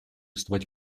выступать